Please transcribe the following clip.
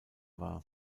war